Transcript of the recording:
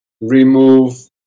remove